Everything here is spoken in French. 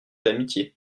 amitié